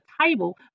table